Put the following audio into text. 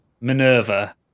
Minerva